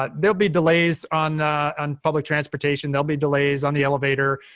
ah there'll be delays on on public transportation. there'll be delays on the elevator.